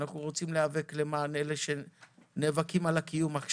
אנחנו רוצים להיאבק למען אלו שנאבקים על קיומם.